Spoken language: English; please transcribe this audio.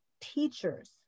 teachers